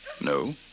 No